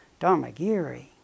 Dharmagiri